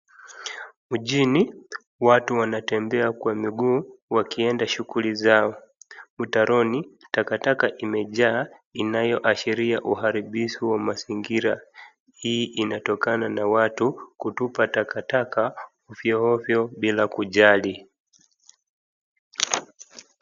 Mjini watu wanatembea kwa miguu wakienda shughuli zao. Mtaroni takataka imejaa inayoshiria uharibifu wa mazingira. Hii inatokana na watu kutupa takataka ovyoovyo bila kujali.